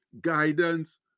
guidance